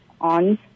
on